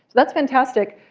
that's fantastic.